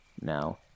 Now